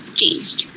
changed